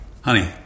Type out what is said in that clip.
honey